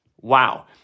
Wow